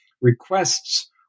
requests